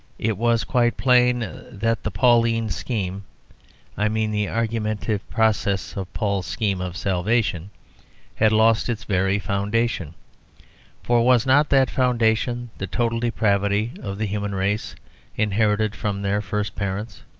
it was quite plain that the pauline scheme i mean the argumentative processes of paul's scheme of salvation had lost its very foundation for was not that foundation the total depravity of the human race inherited from their first parents.